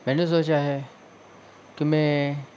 मैंने सोचा है कि मैं